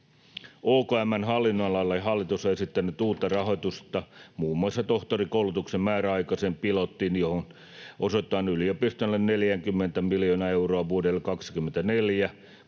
OKM:n hallinnonalalle hallitus on esittänyt uutta rahoitusta muun muassa tohtorikoulutuksen määräaikaiseen pilottiin, johon osoitetaan yliopistoille 40 miljoonaa euroa vuoden 24